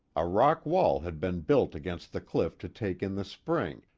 a rock wall had been built against the cliff to take in the spring,